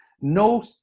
No